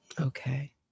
Okay